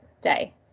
day